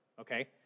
Okay